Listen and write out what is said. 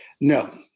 No